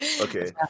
Okay